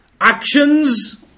Actions